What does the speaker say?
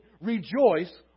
Rejoice